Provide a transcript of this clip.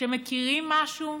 כשמכירים משהו,